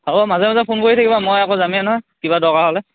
হ'ব মাজে মাজে ফোন কৰি থাকিবা মই আকৌ যামেই নহয় কিবা দৰকাৰ হ'লে